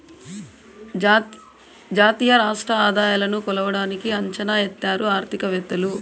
జాతీయ రాష్ట్ర ఆదాయాలను కొలవడానికి అంచనా ఎత్తారు ఆర్థికవేత్తలు